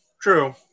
True